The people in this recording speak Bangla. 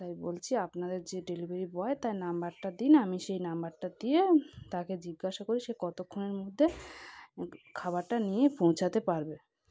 তাই বলছি আপনাদের যে ডেলিভারি বয় তার নম্বরটা দিন আমি সেই নম্বরটা দিয়ে আমি তাকে জিজ্ঞাসা করি সে কতক্ষণের মধ্যে খাবারটা নিয়ে পৌঁছাতে পারবে